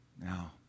Now